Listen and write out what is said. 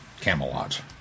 Camelot